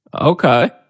Okay